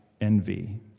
envy